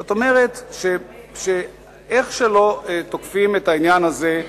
זאת אומרת שאיך שלא תוקפים את העניין הזה,